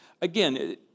again